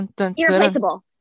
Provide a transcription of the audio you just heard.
Irreplaceable